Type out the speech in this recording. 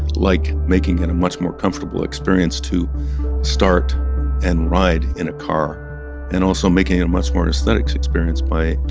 like making it a much more comfortable experience to start and ride in a car and also making it a much more aesthetic experience by,